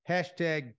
Hashtag